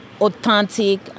authentic